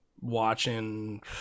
watching